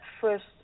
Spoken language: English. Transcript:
first